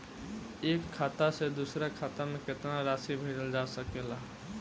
एक खाता से दूसर खाता में केतना राशि भेजल जा सके ला?